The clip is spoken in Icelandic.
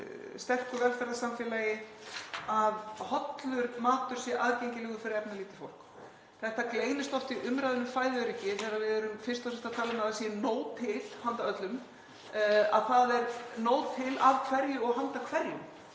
sterku velferðarsamfélagi að hollur matur sé aðgengilegur fyrir efnalítið fólk. Það sem gleymist oft í umræðu um fæðuöryggi, þegar við erum fyrst og fremst að tala um að það sé nóg til handa öllum, er: Nóg til af hverju og handa hverjum?